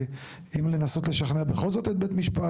ואם לנסות לשכנע בכל זאת את בית משפט.